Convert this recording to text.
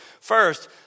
first